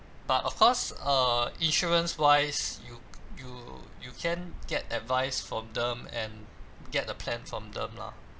but of course uh insurance wise you you you can get advice from them and get a plan from them lah